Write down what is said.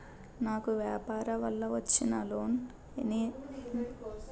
నాకు వ్యాపార వల్ల వచ్చిన లోన్ నీ ఎప్పటిలోగా కట్టే అవకాశం ఉంది?